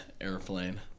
airplane